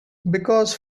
because